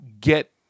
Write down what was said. get